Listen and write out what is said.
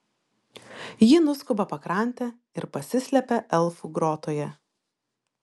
ji nuskuba pakrante ir pasislepia elfų grotoje